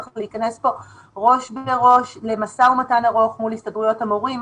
צריך להיכנס פה ראש בראש למשא ומתן ארוך מול הסתדרות המורים,